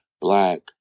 black